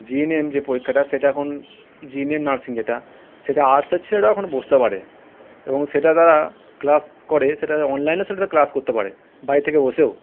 জি N M যে পরীক্ষাটা সেটা এখন জি এন এম নার্সিং যেটা সেটা আর্টসের ছেলেরাও এখন বসতে পারে এবং সেটা তারা ক্লাস করে সেটাতে অনলাইনে সেটাতে ক্লাস করতে পারে বাড়ি থেকে বসেও